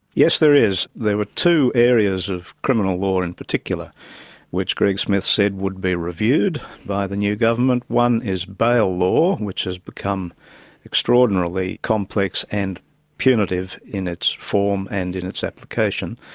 yes, there is. there were two areas of criminal law in particular which greg smith said would be reviewed by the new government. one is bail law, which has become extraordinarily complex and punitive in its form and in its application.